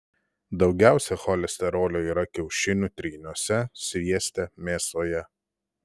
daugiausiai cholesterolio yra kiaušinių tryniuose svieste mėsoje